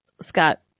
Scott